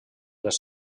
les